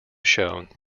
shown